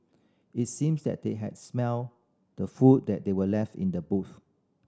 it seems that they had smelt the food that they were left in the boot